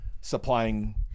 supplying